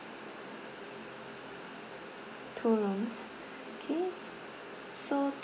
two rooms okay so